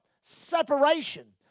Separation